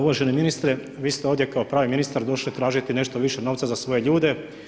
Uvaženi ministre, vi ste ovdje kao pravi ministar došli tražiti nešto više novca za svoje ljude.